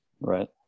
Right